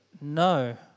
no